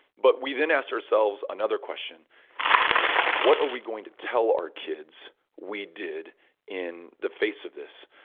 but we then asked ourselves another question what are we going to tell our kids we did in the face of this?